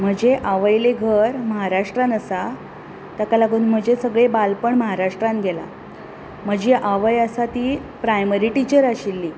म्हजे आवयलें घर महाराष्ट्रान आसा ताका लागून म्हजें सगळें बालपण महाराष्ट्रांत गेलां म्हजी आवय आसा ती प्रायमरी टिचर आशिल्ली